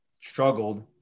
struggled